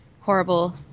horrible